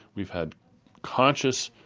we've had conscious,